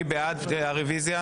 מי בעד הרביזיה?